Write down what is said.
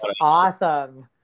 awesome